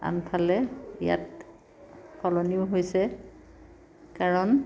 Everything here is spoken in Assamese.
আনফালে ইয়াত সলনিও হৈছে কাৰণ